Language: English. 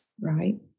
Right